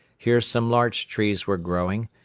here some larch trees were growing,